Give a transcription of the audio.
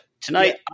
tonight